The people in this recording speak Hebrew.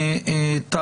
האפידמיולוגי.